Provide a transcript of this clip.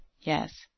yes